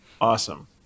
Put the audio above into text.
Awesome